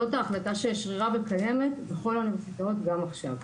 זאת ההחלטה ששרירה וקיימת בכל האוניברסיטאות גם עכשיו.